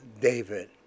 David